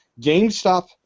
GameStop